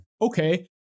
Okay